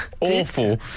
Awful